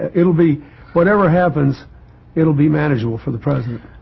ah it'll be whatever happens it'll be manageable for the president